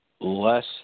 less